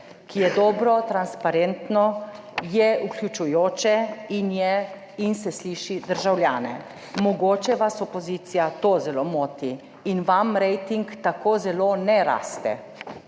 ki je dobro, transparentno, je vključujoče in se sliši državljane. Mogoče vas opozicijo to zelo moti in vam rating tako zelo ne raste.